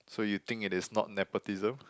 so you think it is not nepotism